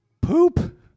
Poop